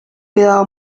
quedaba